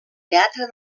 teatre